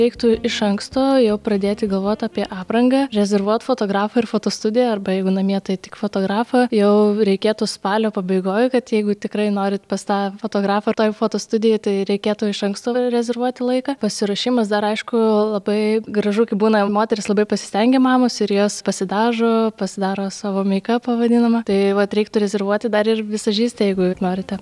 reiktų iš anksto jau pradėti galvot apie aprangą rezervuot fotografą ir fotostudiją arba jeigu namie tai tik fotografą jau reikėtų spalio pabaigoj kad jeigu tikrai norit pas tą fotografą ir toj fotostudijoj tai reikėtų iš anksto rezervuoti laiką pasiruošimas dar aišku labai gražu kai būna moterys labai pasistengia mamos ir jos pasidažo pasidaro savo meikapą vadinamą tai vat reiktų rezervuoti dar ir vizažistę jeigu norite